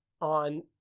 on